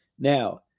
Now